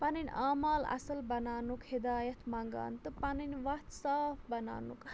پَنٕنۍ عمال اَصٕل بَناونُک ہدایت مَنٛگان تہٕ پَنٕنۍ وَتھ صاف بَناونُک